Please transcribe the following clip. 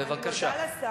בבקשה.